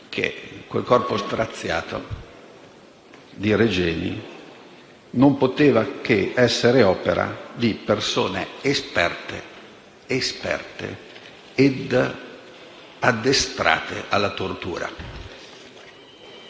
sul corpo straziato di Regeni non potevano che essere opera di persone esperte e addestrate alla tortura.